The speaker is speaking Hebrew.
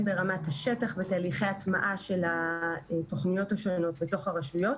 ברמת השטח בתהליכי הטמעה של התוכניות השונות בתוך הרשויות.